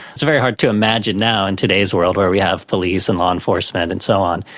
it's very hard to imagine now in today's world where we have police and law enforcement and so on,